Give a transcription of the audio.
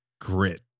grit